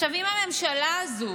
עכשיו, אם הממשלה הזו